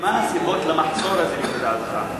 מה הסיבות למחסור הזה, לדעתך?